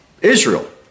Israel